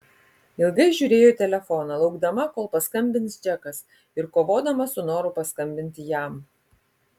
ilgai žiūrėjo į telefoną laukdama kol paskambins džekas ir kovodama su noru paskambinti jam